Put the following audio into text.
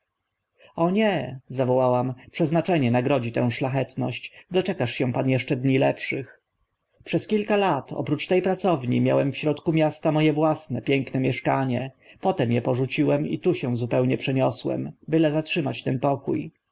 nie zawołałam przeznaczenie nagrodzi tę szlachetność doczekasz się pan eszcze dni lepszych przez kilka lat oprócz te pracowni miałem w środku miasta mo e własne piękne mieszkanie potem e porzuciłem i tu się zupełnie przeniosłem byle zatrzymać ten pokó